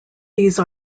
these